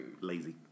lazy